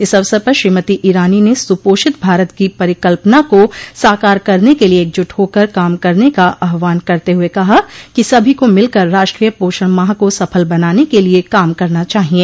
इस अवसर पर श्रीमती ईरानी ने सुपोषित भारत की परिकल्पना को साकार करने के लिये एकजुट होकर काम करने का आह्वान करते हुए कहा कि सभी को मिलकर राष्ट्रोय पोषण माह को सफल बनाने के लिये काम करना चाहिये